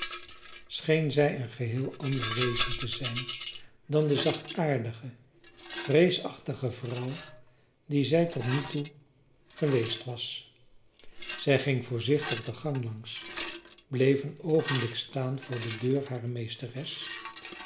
scheen zij een geheel ander wezen te zijn dan de zachtaardige vreesachtige vrouw die zij tot nog toe geweest was zij ging voorzichtig de gang langs bleef een oogenblik staan voor de deur harer meesteres